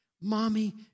Mommy